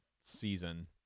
season